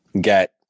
get